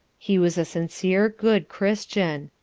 he was a sincere, good christian.